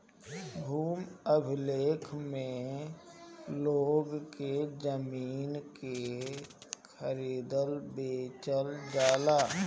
भूमि अभिलेख में लोग के जमीन के खरीदल बेचल जाला